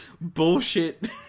bullshit